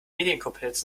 medienkompetenz